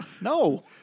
No